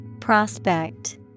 Prospect